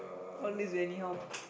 all these anyhow